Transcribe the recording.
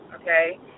okay